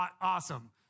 awesome